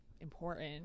Important